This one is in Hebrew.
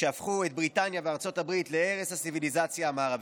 שהפכו את בריטניה וארצות הברית לערש הציוויליזציה המערבית.